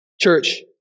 church